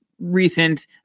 recent